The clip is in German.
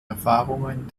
erfahrungen